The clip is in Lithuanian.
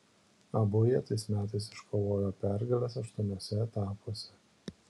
abu jie tais metais iškovojo pergales aštuoniuose etapuose